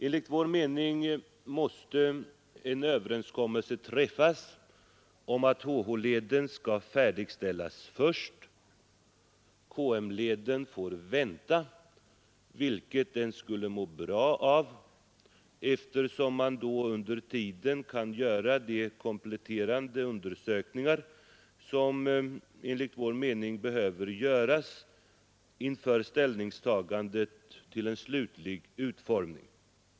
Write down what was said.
Enligt vår mening måste en överenskommelse träffas om att HH-leden skall färdigställas först. KM-leden får vänta — vilket den skulle må bra av, eftersom man då under tiden kan göra de kompletterande undersökningar som enligt vår mening behöver göras inför ställningstagandet till en slutlig utformning.